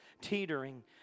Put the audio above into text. teetering